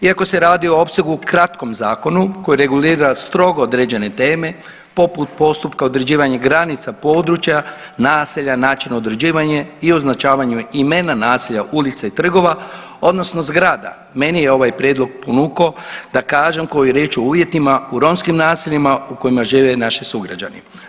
Iako se radi o opsegu kratkom zakonu koji regulira strogo određene teme poput postupka određivanje granica područja naselja, način određivanje i označavanje imena naselja, ulica i trgova odnosno zgrada mene je ovaj prijedlog ponukao da kažem koju riječ o uvjetima u romskim naseljima u kojima žive naši sugrađani.